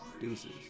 Deuces